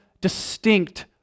distinct